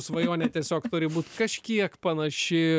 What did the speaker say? svajonė tiesiog turi būt kažkiek panaši